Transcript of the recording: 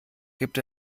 gibt